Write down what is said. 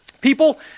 people